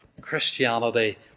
Christianity